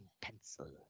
pencil